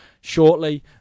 shortly